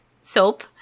soap